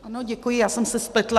Ano, děkuji, já jsem se spletla.